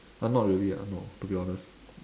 uh not really ah no to be honest